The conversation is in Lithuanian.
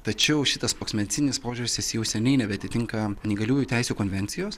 tačiau šitas toks medicininis požiūris jis jau seniai nebeatitinka neįgaliųjų teisių konvencijos